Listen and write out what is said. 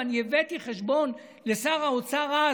ואני הבאתי חשבון לשר האוצר אז,